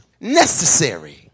Necessary